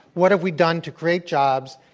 what have we done to create jobs,